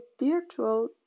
virtual